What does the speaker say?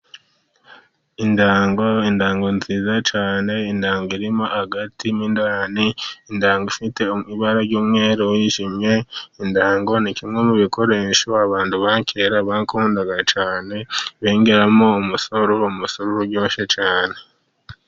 Intango, intango nziza cyane, intango irimo agati mo indani, intango ifite ibara ry'umweru wijimye, intango ni kimwe mu bikoresho abantu ba kera bakundaga cyane, bengeramo umusururo uryoshye cyane.